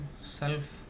self